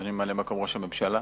אדוני ממלא-מקום ראש הממשלה,